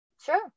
Sure